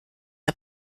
der